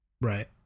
right